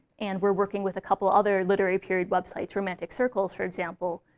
and we're working with a couple other literary period websites romantic circles, for example,